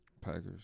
Packers